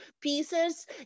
pieces